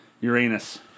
Uranus